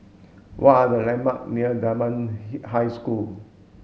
what are the landmark near Dunman High School